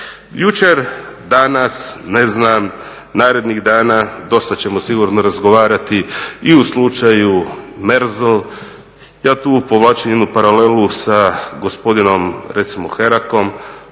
Jučer, danas, ne znam narednih dana dosta ćemo sigurno razgovarati i o slučaju Merzel. Ja tu povlačim jednu paralelu sa gospodinom recimo Herakom